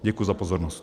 Děkuji za pozornost.